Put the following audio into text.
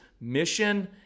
mission